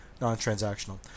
non-transactional